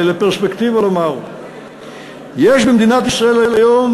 אולי לפרספקטיבה: יש במדינת ישראל היום